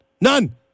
None